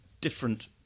different